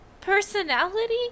personality